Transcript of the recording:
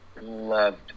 loved